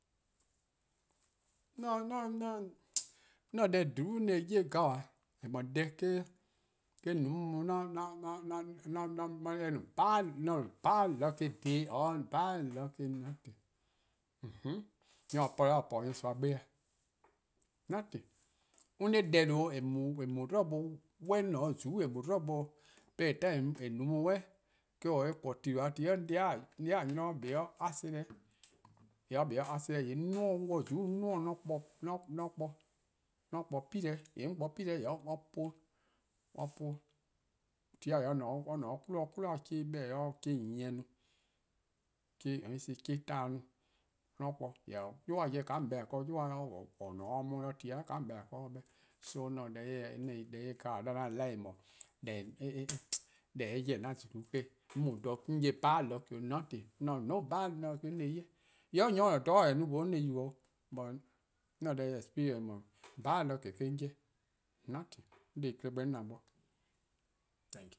'on se deh :dhulu' 'ye 'gabaa, :eh :mor deh eh-: no 'on :eh no bad luck nothing, :onhu' nyor-a 'tmo-dih nyorsoa sih-dih, nothing, only deh :due' :eh :eh mu-a 'dlu bo, 'on :ne-a 'de :zuku' :eh mu-a 'dlu bo, eh no-a 'on 'suh eh-: 'dhu, eh :korn ti :due 'de 'on 'de-di-a 'nynor kpa 'da accident 'di, or kpa 'de caaident 'di, 'de 'on 'duo-or, 'on 'wluh :zuku' 'de 'on 'duo-or 'on kpa-uh-' 'on kpa-or, 'on kpa-or 'pileh 'i :yee' or 'puh-', or 'puh-'. Ti :dao' :yee' or :ne-' 'kwli, :yee' or 'kwli-a 'chuh+ 'beh-dih: en 'ye chuh+ nyieh no, let me see chuh+ taan no 'de on kpa-or. Jorwor: 'yu-a 'jeh :ka :on 'beh-a :kaa 'yu :or :ne-a 'de or 'di 'do ti :dao 'i :ka :on beh-a :kaa or 'beh. So 'on se deh 'ye 'gabaa 'de 'an life 'di eh :mor deh :daa eh 'ye-dih 'an :zulu 'kle, 'on mu dha 'on bad lucky 'o nothing, 'on :se-' no bad lucky 'ye. :mor eh 'dhu nyor :ne dha or taa-eh mlor :yee' 'on se-eh yubo 'o. But 'on se deh exprience :eh :mor bad lucky :eh-: 'on 'ye nothing, deh+-a klehkpeh 'on na-a' bo.